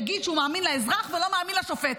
יגיד שהוא מאמין לאזרח ולא מאמין לשופט.